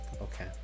Okay